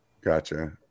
Gotcha